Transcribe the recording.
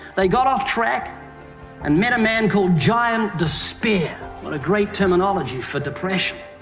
they got off track and met a man called giant despair. what a great terminology for depression.